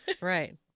right